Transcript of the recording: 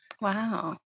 Wow